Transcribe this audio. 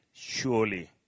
Surely